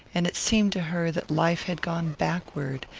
and it seemed to her that life had gone backward,